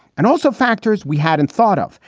and also factors we hadn't thought of.